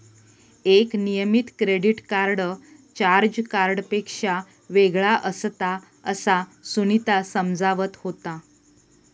एक नियमित credit card charge कार्डपेक्षा वेगळा असता, असा सुनीता समजावत होता